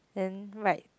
then like